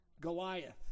Goliath